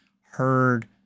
heard